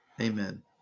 amen